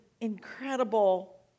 incredible